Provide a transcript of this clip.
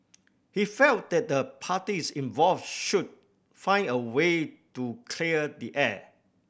he felt that the parties involve should find a way to clear the air